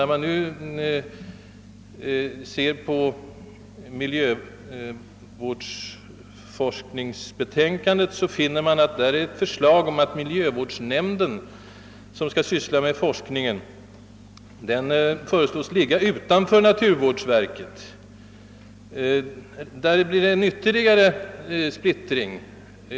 När man därefter ser på miljövårdsforskningsbetänkandet, finner man att där finns ett förslag att miljövårdsnämnden, som skall syssla med forskningen, skall ligga utanför naturvårdsverket. Detta innebär alltså en ytterligare splittring.